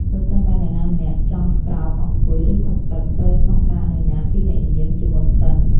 ប្រសិនបើអ្នកណាម្នាក់ចង់ក្រោក អង្គុយ ឬផឹកទឹក ត្រូវសុំការអនុញ្ញាតពីអ្នកយាម ជាមុនសិន។